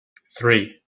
three